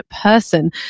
person